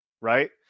Right